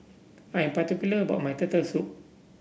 I am particular about my Turtle Soup